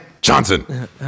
Johnson